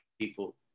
people